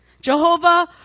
Jehovah